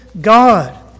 God